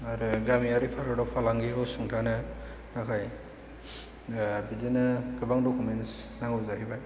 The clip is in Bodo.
आरो गामियारि भारतआव फालांगिखौ सुंथानो थाखाय बिदिनो गोबां दकुमेन्टस नांगौ जाहैबाय